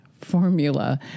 formula